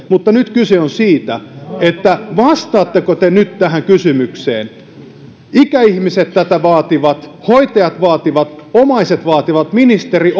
mutta nyt kyse on siitä vastaatteko te nyt tähän kysymykseen ikäihmiset tätä vaativat hoitajat vaativat omaiset vaativat ministeri